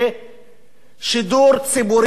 שידור ציבורי בשפה הערבית.